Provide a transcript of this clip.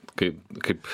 kaip kaip